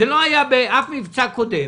זה לא היה באף מבצע קודם